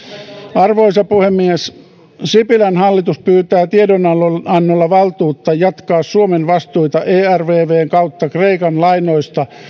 arvoisa puhemies sipilän hallitus pyytää tiedonannolla valtuutta jatkaa suomen vastuita ervvn kautta kreikan lainoista